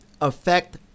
affect